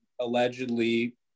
allegedly